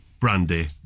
brandy